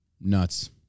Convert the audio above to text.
Nuts